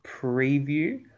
preview